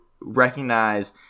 recognize